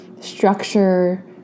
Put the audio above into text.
structure